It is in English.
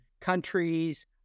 countries